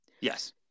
Yes